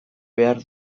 behar